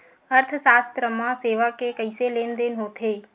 अर्थशास्त्र मा सेवा के कइसे लेनदेन होथे?